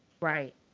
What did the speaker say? Right